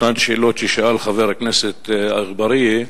אותן שאלות ששאל חבר הכנסת אגבאריה,